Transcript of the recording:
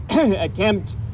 attempt